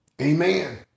Amen